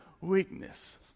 weakness